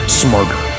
smarter